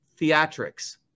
theatrics